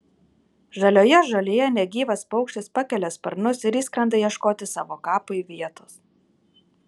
žalioje žolėje negyvas paukštis pakelia sparnus ir išskrenda ieškoti savo kapui vietos